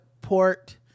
port